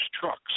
trucks